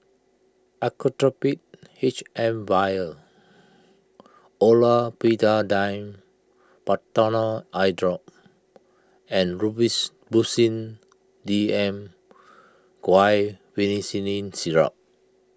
Actrapid H M Vial Olopatadine Patanol Eyedrop and Robitussin D M Guaiphenesin Syrup